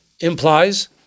implies